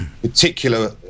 particular